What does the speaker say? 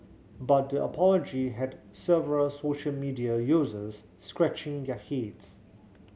but the apology had several social media users scratching their heads